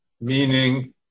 meaning